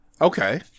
Okay